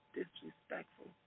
disrespectful